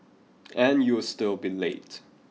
and you will still be late